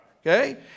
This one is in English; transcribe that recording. Okay